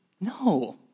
no